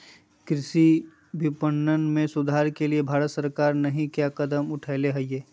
कृषि विपणन में सुधार के लिए भारत सरकार नहीं क्या कदम उठैले हैय?